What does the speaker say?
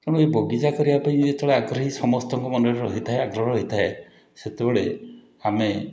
ତେଣୁ ଏଇ ବଗିଚା କରିବାପାଇଁ ଇଏ ଯେତେବେଳେ ଆଗ୍ରହୀ ସମସ୍ତଙ୍କମନରେ ରହିଥାଏ ଆଗ୍ରହ ରହିଥାଏ ସେତେବେଳେ ଆମେ